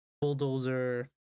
bulldozer